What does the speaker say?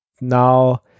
now